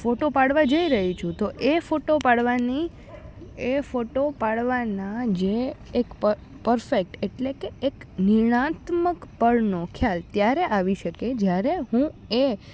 photo પાડવા જઈ રહી છું તો એ ફોટા પાડવાની એ ફોટો પાડવાના જે એક પરફેક્ટ એટલે કે એક નિર્ણાત્મક પળનો ખ્યાલ ત્યારે આવી શકે જ્યારે હું એ